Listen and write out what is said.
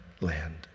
land